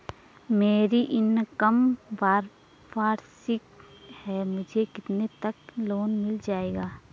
मेरी इनकम वार्षिक है मुझे कितने तक लोन मिल जाएगा?